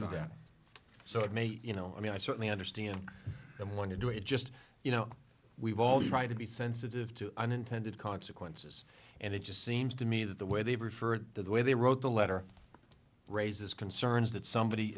do that so it makes you know i mean i certainly understand and want to do it just you know we've always tried to be sensitive to unintended consequences and it just seems to me that the way they've referred to the way they wrote the letter raises concerns that somebody